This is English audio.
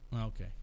Okay